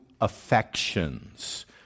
affections